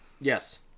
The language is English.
Yes